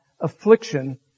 affliction